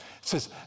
says